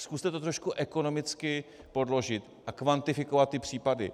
Zkuste to trošku ekonomicky podložit a kvantifikovat případy.